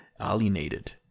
alienated